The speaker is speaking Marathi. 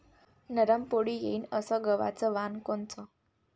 नरम पोळी येईन अस गवाचं वान कोनचं?